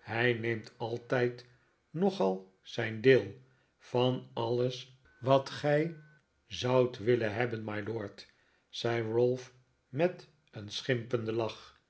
hij neemt altijd nogal zijn deel van alles wat gij zoudt willen hebben mylord zei ralph met een schimpenden lach